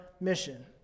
mission